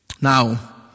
Now